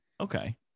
Okay